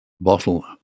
bottle